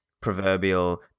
proverbial